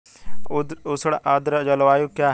उष्ण आर्द्र जलवायु क्या है?